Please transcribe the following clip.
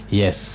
yes